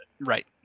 right